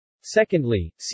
Secondly